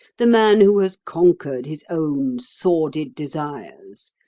the man who has conquered his own sordid desires,